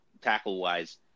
Tackle-wise